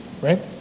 right